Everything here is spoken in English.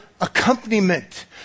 accompaniment